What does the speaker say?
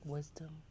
wisdom